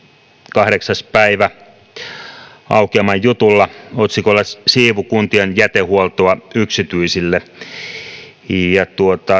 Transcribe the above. kahdeksas päivä aukeaman jutulla otsikolla siivu kuntien jätehuoltoa yksityisille ja